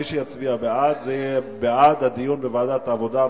מי שיצביע בעד זה יהיה בעד הדיון בוועדת העבודה,